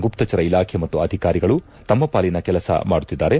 ಗುಪ್ತಚರ ಇಲಾಖೆ ಮತ್ತು ಅಧಿಕಾರಿಗಳು ತಮ್ನ ಪಾಲಿನ ಕೆಲಸ ಮಾಡುತ್ತಿದ್ದಾರೆ